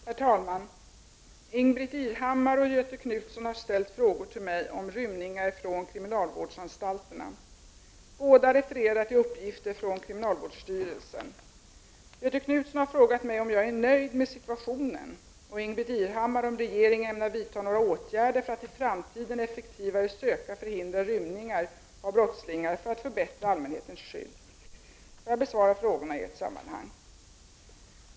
Herr talman! Ingbritt Irhammar och Göthe Knutson har ställt frågor till mig om rymningar från kriminalvårdsanstalterna. Båda refererar till uppgifter från kriminalvårdsstyrelsen. Göthe Knutson har frågat mig om jag är nöjd med situationen och Ingbritt Irhammar om regeringen ämnar vidta några åtgärder för att i framtiden effektivare söka förhindra rymningar av brottslingar för att förbättra allmänhetens skydd. Jag besvarar frågorna i ett sammanhang.